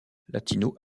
latino